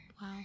Wow